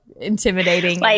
intimidating